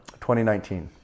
2019